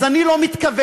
אז אני לא מתכוון.